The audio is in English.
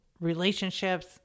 relationships